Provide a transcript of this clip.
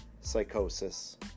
psychosis